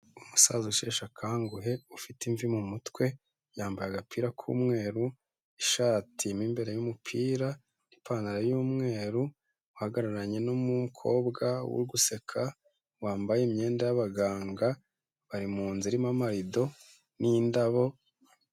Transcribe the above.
Umusaza usheshe akanguhe ufite imvi mu mutwe yambaye agapira k'umweru ishati mo imbere y'umupira ipantaro yu'mweru, uhagararanye n'umukobwa uri guseka wambaye imyenda y'abaganga bari muzu irimo amararido n'indabo.